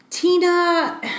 Tina